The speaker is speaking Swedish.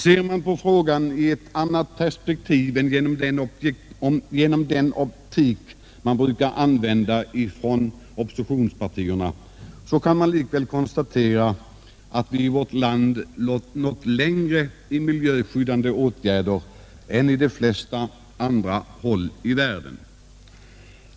Ser vi på frågan i ett annat perspektiv än genom den optik som oppositionspartierna brukar använda, kan vi likväl konstatera att vi i vårt land nått längre i fråga om miljöskyddande åtgärder än man gjort i de flesta andra länder i världen.